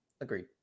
Agreed